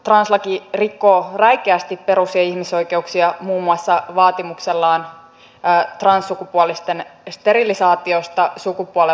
translaki rikkoo räikeästi perus ja ihmisoikeuksia muun muassa vaatimuksellaan transsukupuolisten sterilisaatiosta sukupuolen vahvistamisen yhteydessä